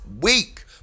week